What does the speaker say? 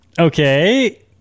Okay